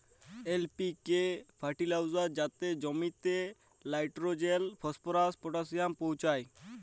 LPK fertilizer যাতে জমিতে nitrogen, phosphorus, potassium পৌঁছায়